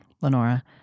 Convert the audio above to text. Lenora